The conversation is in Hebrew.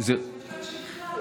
זה ברור שיש כאלה שבכלל לא.